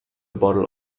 bottle